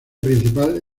principal